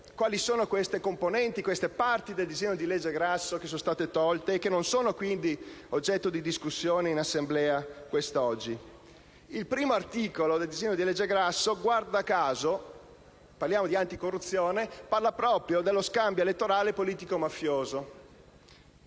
quali sono le componenti, le parti del disegno di legge Grasso che sono state tolte e che non sono, quindi, oggetto di discussione in Assemblea quest'oggi. L'articolo 1 del disegno di legge Grasso - guarda caso, discutiamo di anticorruzione - parla proprio dello scambio elettorale politico-mafioso.